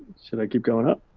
should i keep going up?